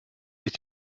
sich